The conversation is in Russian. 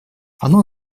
оно